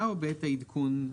מוסמך למנות לו ממלא מקום,